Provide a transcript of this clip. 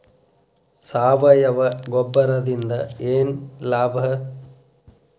ಸಾವಯವ ಗೊಬ್ಬರದಿಂದ ಏನ್ ಲಾಭ?